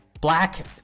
black